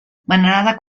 venerada